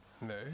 No